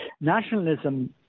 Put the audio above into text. nationalism